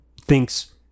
thinks